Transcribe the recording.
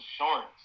insurance